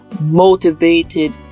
motivated